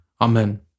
Amen